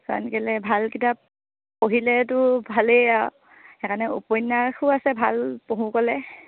কাৰণ কেলৈ ভাল কিতাপ পঢ়িলেতো ভালেই আৰু সেইকাৰণে উপন্যাসো আছে ভাল পঢ়ো ক'লে